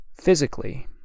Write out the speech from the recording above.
physically